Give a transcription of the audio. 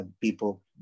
people